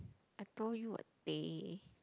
I told you what they